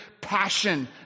passion